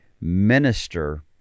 minister